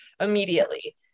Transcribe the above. immediately